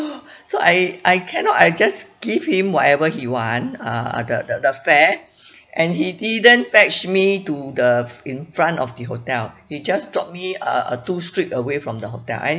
so I I cannot I just give him whatever he want uh the the the fare and he didn't fetch me to the in front of the hotel he just dropped me uh uh two street away from the hotel and